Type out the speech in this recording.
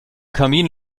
kamin